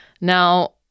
Now